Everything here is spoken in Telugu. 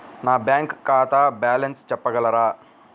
నా బ్యాంక్ ఖాతా బ్యాలెన్స్ చెప్పగలరా?